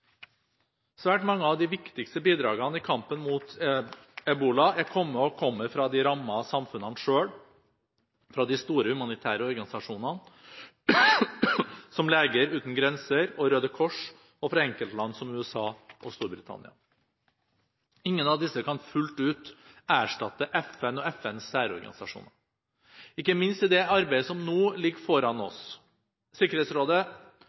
Svært mange av de viktigste bidragene i kampen mot ebola er kommet og kommer fra de rammede samfunnene selv, fra de store humanitære organisasjonene, som Leger Uten Grenser og Røde Kors, og fra enkeltland som USA og Storbritannia. Ingen av disse kan fullt ut erstatte FN og FNs særorganisasjoner, ikke minst i det arbeidet som nå ligger foran